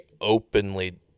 openly